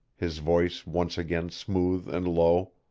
his voice once again smooth and low.